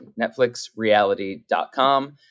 netflixreality.com